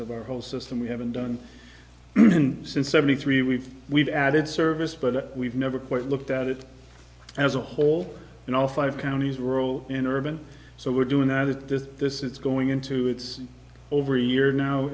of our whole system we haven't done since seventy three we've we've added service but we've never quite looked at it as a whole and all five counties rural in urban so we're doing that it does this it's going into it's over a year now